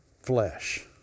flesh